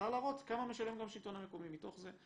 צריך להראות כמה משלם גם השלטון המקומי מתוך זה.